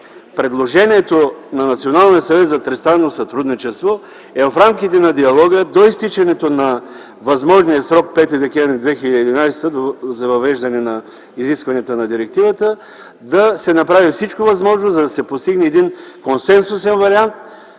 Националния съвет за тристранно сътрудничество е в рамките на диалога до изтичането на възможния срок – 5 декември 2011 г., за въвеждане на изискванията за директивата, да се направи всичко възможно, за да се постигне един консенсусен вариант